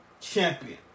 champion